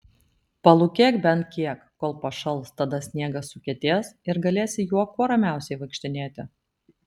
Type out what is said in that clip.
palūkėk bent kiek kol pašals tada sniegas sukietės ir galėsi juo kuo ramiausiai vaikštinėti